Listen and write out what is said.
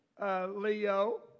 Leo